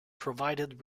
provided